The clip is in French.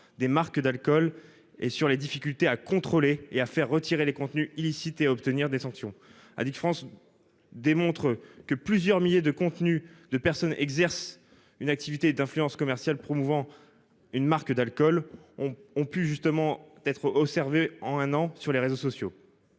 des marques d'alcool et sur les difficultés à contrôler et à faire retirer les contenus illicites et obtenir des sanctions à France. Démontre que plusieurs milliers de contenu de personnes exercent une activité d'influence commerciale promouvant une marque d'alcool. Ont pu justement d'être observés en un an sur les réseaux sociaux.